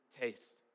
taste